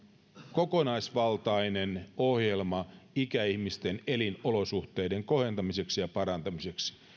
kokonaisvaltainen ohjelma ikäihmisten elinolosuhteiden kohentamiseksi ja parantamiseksi